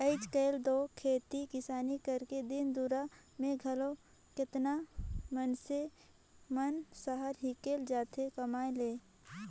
आएज काएल दो खेती किसानी करेक दिन दुरा में घलो केतना मइनसे मन सहर हिंकेल जाथें कमाए ले